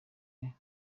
wanjye